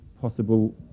possible